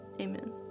amen